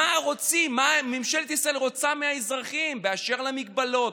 מה ממשלת ישראל רוצה מהאזרחים באשר להגבלות,